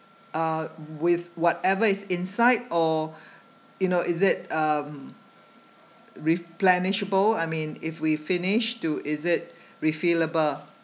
uh with whatever is inside or you know is it um replenishable I mean if we finish to is it refillable